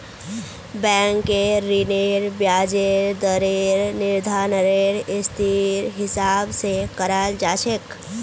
बैंकेर ऋनेर ब्याजेर दरेर निर्धानरेर स्थितिर हिसाब स कराल जा छेक